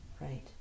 right